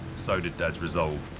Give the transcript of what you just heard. so did dad's resolve.